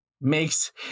makes